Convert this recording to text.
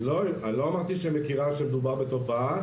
לא, אני לא אמרתי שהיא מכירה בזה שמדובר בתופעה.